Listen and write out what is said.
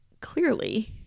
clearly